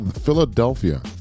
Philadelphia